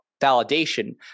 validation